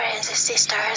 sisters